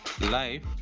life